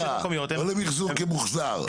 לא למחזור כמוחזר,